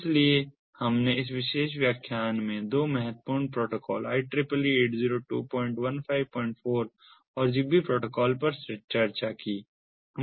इसलिए हमने इस विशेष व्याख्यान में दो बहुत महत्वपूर्ण प्रोटोकॉल IEEE 802154 और ZigBee प्रोटोकॉल पर चर्चा की है